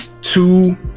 two